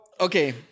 okay